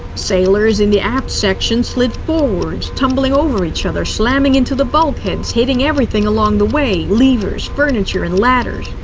sailors in the aft sections slid forwards, tumbling over each other, slamming into the bulkheads, hitting everything along the way. levers, furniture, and ladders.